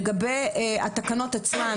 לגבי התקנות עצמן,